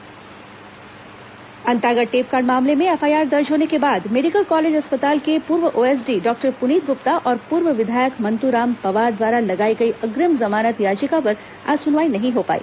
अग्रिम जमानत सुनवाई अंतागढ़ टेपकांड मामले में एफआईआर दर्ज होने के बाद मेडिकल कॉलेज अस्पताल के पूर्व ओएसडी डॉक्टर पुनीत गुप्ता और पूर्व विधायक मंतूराम पवार द्वारा लगाई गई अग्निम जमानत याचिका पर आज सुनवाई नहीं हो पाई